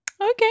Okay